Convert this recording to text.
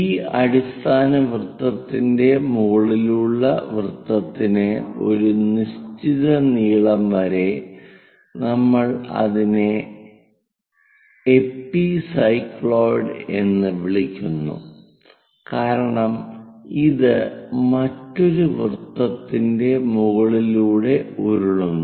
ഈ അടിസ്ഥാന വൃത്തത്തിന്റെ മുകളിലുള്ള വൃത്തത്തിനെ ഒരു നിശ്ചിത നീളം വരെ നമ്മൾ അതിനെ എപ്പിസൈക്ലോയിഡ് എന്ന് വിളിക്കുന്നു കാരണം ഇത് മറ്റൊരു വൃത്തത്തിന്റെ മുകളിലൂടെ ഉരുളുന്നു